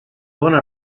bona